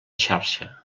xarxa